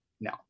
no